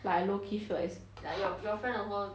like I low key feel like is ca~